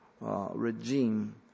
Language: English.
regime